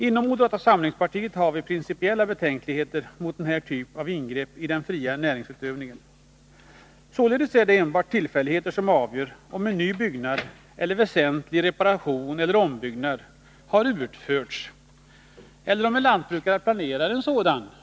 Inom moderata samlingspartiet har vi principiella betänkligheter mot den här typen av ingrepp i den fria näringsutövningen. Det kan många gånger vara tillfälligheter som avgör om en ny byggnad, en väsentlig reparation eller en ombyggnad har utförts eller om den planeras för de närmaste åren.